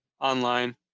online